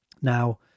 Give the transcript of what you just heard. Now